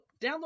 download